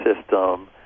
system